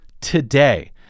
today